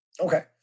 Okay